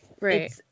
right